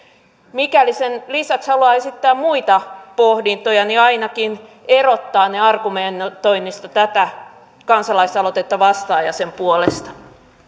mikäli sen lisäksi haluaa esittää muita pohdintoja niin ainakin erottaa ne argumentoinnista tätä kansalaisaloitetta vastaan ja sen puolesta